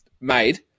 made